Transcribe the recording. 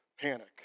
panic